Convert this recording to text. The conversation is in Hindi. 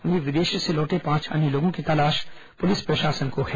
वहीं विदेश से लौटे पांच अन्य लोगों की तलाश पुलिस प्रशासन को है